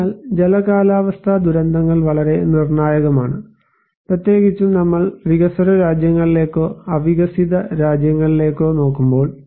അതിനാൽ ജല കാലാവസ്ഥാ ദുരന്തങ്ങൾ വളരെ നിർണായകമാണ് പ്രത്യേകിച്ചും നമ്മൾ വികസ്വര രാജ്യങ്ങളിലേക്കോ അവികസിത രാജ്യങ്ങളിലേക്കോ നോക്കുമ്പോൾ